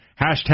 Hashtag